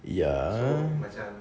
ya